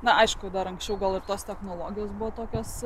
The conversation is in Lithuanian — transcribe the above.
na aišku dar anksčiau gal tos technologijos buvo tokios